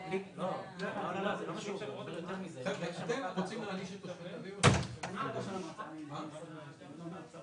לכן תקבעו עקרונות כלליים ותביאו בפני הוועדה את המפה לכשתהיה מוכנה.